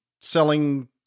selling